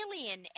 alien